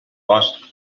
bosc